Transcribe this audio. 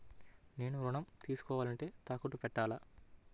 నేను ఋణం తీసుకోవాలంటే తాకట్టు పెట్టాలా?